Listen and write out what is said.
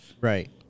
Right